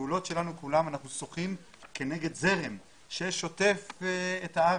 בפעולות שלנו כולן אנחנו שוחים כנגד זרם ששוטף את הארץ.